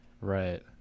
Right